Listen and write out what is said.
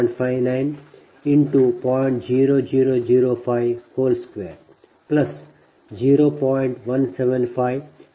175107